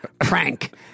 prank